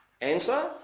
Answer